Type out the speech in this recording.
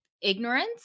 ignorance